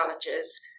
challenges